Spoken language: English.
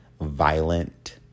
violent